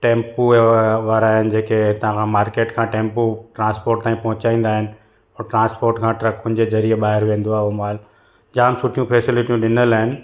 tempo वारा आहिनि जेके हितां खां मार्किट खां टैम्पू ट्रांस्पोट ताईं पहुचाईंदा आहिनि उहो ट्रांस्पोट खां ट्रकुनि जे ज़रिए ॿाहिरि वेंदो आहे उहो माल जाम सुठियूं फैसिलिटियूं ॾिनल आहिनि